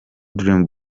dream